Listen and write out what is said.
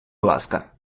ласка